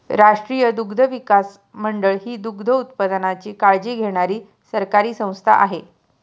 राष्ट्रीय दुग्धविकास मंडळ ही दुग्धोत्पादनाची काळजी घेणारी सरकारी संस्था आहे